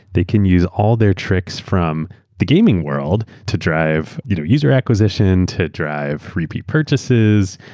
they can use all their tricks from the gaming world to drive you know user acquisition, to drive repeat purchases.